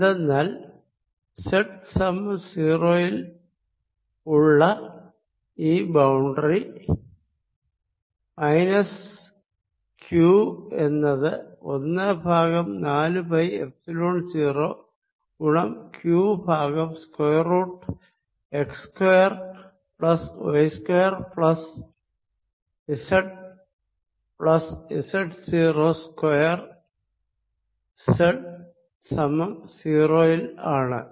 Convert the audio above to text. എന്തെന്നാൽ z സമം 0 ത്തിൽ ഉള്ള ഈ ബൌണ്ടറി മൈനസ് q എന്നത് ഒന്ന് ബൈ നാലു പൈ എപ്സിലോൻ 0 ഗുണം q by square root x square plus y square plus z plus z 0 square z സമം 0 ആണ്